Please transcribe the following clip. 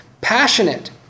passionate